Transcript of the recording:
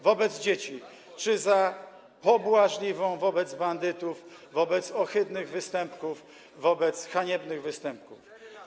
wobec dzieci, czy za pobłażliwą wobec bandytów, wobec ohydnych występków, wobec haniebnych występków?